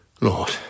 Lord